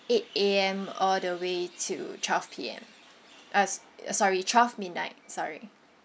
eight A_M all the way to twelve P_M uh uh sorry twelve midnight sorry